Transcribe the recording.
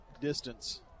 distance